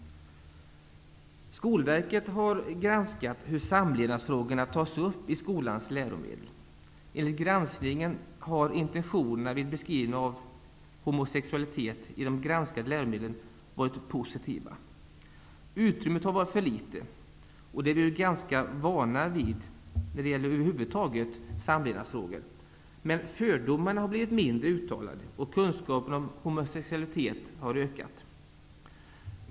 Skolverket har granskat hur samlevnadsfrågorna tas upp i skolans läromedel. Enligt granskningen har intentionerna vid beskrivningen av homosexualitet i de granskade läromedlen varit positiva. Utrymmet har varit för litet, och det är vi ju ganska vana vid över huvud taget när det gäller samlevnadsfrågor, men fördomarna har blivit mindre uttalade och kunskaperna om homosexualitet har ökat.